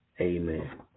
Amen